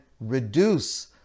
reduce